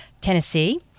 Tennessee